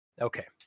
Okay